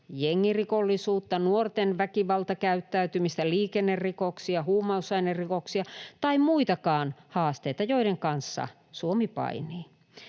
jengirikollisuutta, nuorten väkivaltakäyttäytymistä, liikennerikoksia, huumausainerikoksia tai muitakaan haasteita, joiden kanssa Suomi painii.